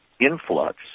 influx